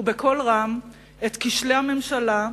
ובקול רם, את כשלי הממשלה,